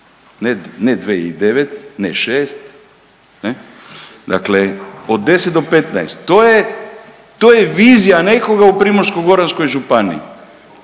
ne šest, ne? Dakle, od 10 do 15. To je vizija nekoga u Primorsko-goranskoj županiji,